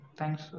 Thanks